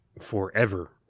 forever